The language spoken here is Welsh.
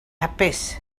hapus